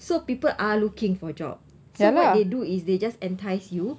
so people are looking for a job so what they do is they just entice you